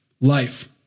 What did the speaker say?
life